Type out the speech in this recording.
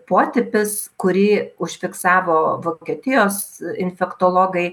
potipis kurį užfiksavo vokietijos infektologai